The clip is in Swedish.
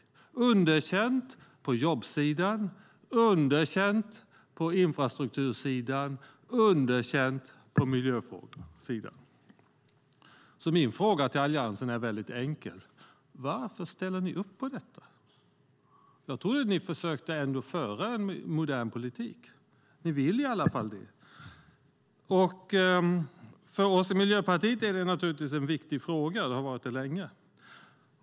Det blir underkänt på jobbsidan, infrastruktursidan och miljösidan. Min fråga till Alliansen är enkel: Varför ställer ni upp på detta? Jag trodde att ni ändå försökte föra en modern politik. Ni vill i alla fall det. För oss i Miljöpartiet är det naturligtvis en viktig fråga, och har varit det länge.